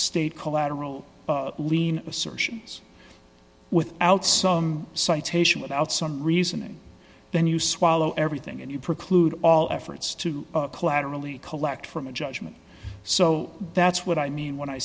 state collateral lien assertions without some citation without some reasoning then you swallow everything and you preclude all efforts to collaterally collect from a judgment so that's what i mean when i